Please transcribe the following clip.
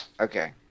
Okay